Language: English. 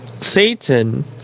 Satan